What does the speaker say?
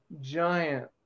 giant